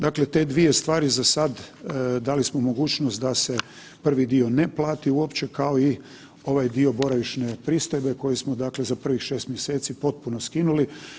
Dakle, te dvije stvari za sad dali smo mogućnost da se prvi dio ne plati uopće kao i ovaj dio boravišne pristojbe koji smo, dakle za prvih 6 mjeseci potpuno skinuli.